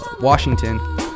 Washington